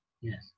yes